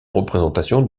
représentation